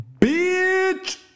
Bitch